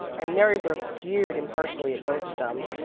and mary brooks jeered impartially at both of them.